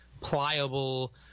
pliable